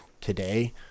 today